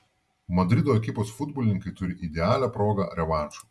madrido ekipos futbolininkai turi idealią progą revanšui